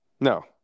No